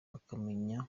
akamenya